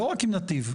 לא רק עם נתיב.